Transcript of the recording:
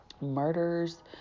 murders